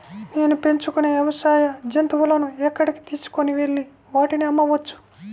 నేను పెంచుకొనే వ్యవసాయ జంతువులను ఎక్కడికి తీసుకొనివెళ్ళి వాటిని అమ్మవచ్చు?